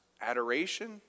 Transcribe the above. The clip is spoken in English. adoration